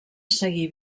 seguir